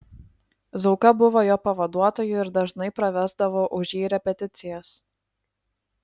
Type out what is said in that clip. zauka buvo jo pavaduotoju ir dažnai pravesdavo už jį repeticijas